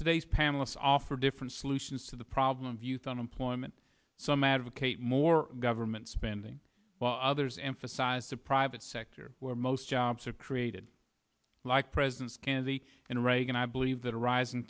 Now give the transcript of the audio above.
today's panelists offer different solutions to the problem of youth unemployment some advocate more government spending others emphasize the private sector where most jobs are created like presidents kennedy and reagan i believe that are rising